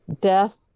Death